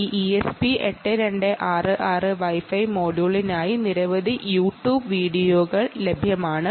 ഈ ESP 8266 Wi Fi മൊഡ്യൂളുമായി ബന്ധപ്പെട്ട് നിരവധി യൂട്യൂബ് വീഡിയോകൾ ലഭ്യമാണ്